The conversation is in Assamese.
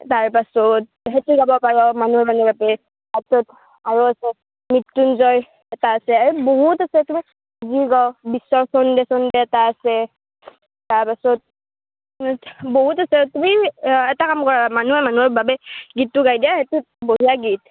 তাৰপাছত সেইটো গাব পাৰা মানুহে মানুহৰ বাবে তাৰ পিছত আৰু আছে মৃত্যুঞ্জয় এটা আছে আৰু বহুত আছে তোমাৰ বিশ্বৰ ছন্দে ছন্দে এটা আছে তাৰ পাছত বহুত আছে তুমি এটা কাম কৰা মানুহে মানুহৰ বাবে গীতটো গাই দিয়া সেইটো বঢ়িয়া গীত